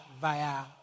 via